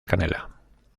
canela